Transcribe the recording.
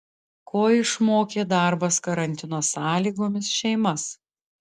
ko išmokė darbas karantino sąlygomis šeimas